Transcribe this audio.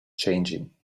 changing